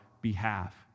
behalf